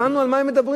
הבנו על מה הם מדברים.